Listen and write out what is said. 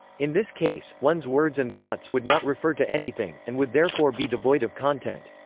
in this case, one's words and thoughts would not refer to anything, and would therefore be devoid of content.